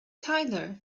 tyler